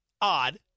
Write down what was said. odd